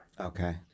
Okay